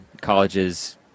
colleges